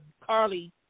Carly